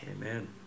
Amen